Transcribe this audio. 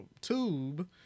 tube